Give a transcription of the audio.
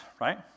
right